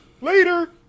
Later